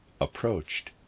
approached